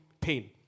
pain